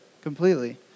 completely